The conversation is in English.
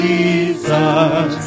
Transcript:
Jesus